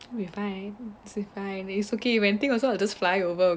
be fine it's fine it's okay when thing also I'll just fly over